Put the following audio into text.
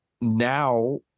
Now